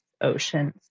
oceans